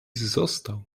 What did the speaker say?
został